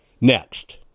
next